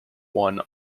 won